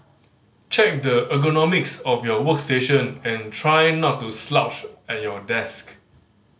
check the ergonomics of your workstation and try not to slouch at your desk